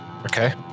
okay